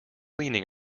leaning